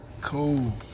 Cool